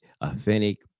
authentic